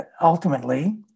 ultimately